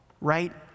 right